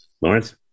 Lawrence